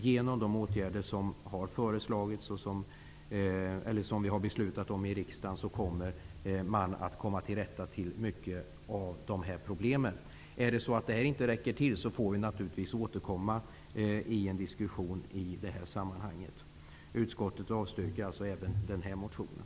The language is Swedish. Genom de åtgärder som vi här i riksdagen har beslutat om kommer det att vara möjligt att komma till rätta med många av de här problemen. Om detta inte skulle räcka får vi naturligtvis återkomma och ha en diskussion i det här sammanhanget. Utskottet avstyrker alltså även den här motionen.